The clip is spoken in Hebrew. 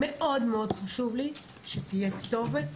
מאוד מאוד חשוב לי שתהיה כתובת,